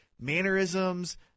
mannerisms